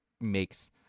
makes